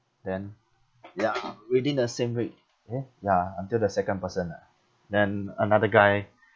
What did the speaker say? then ya within the same rate eh ya until the second person ah then another guy